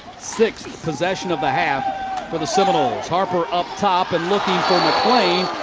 sixth possession of the half for the seminoles. harper up top. and looking for mcclain.